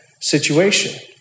situation